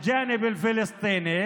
אפילו הוא חזר בו מההצבעה נגד,